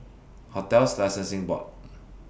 hotels Licensing Board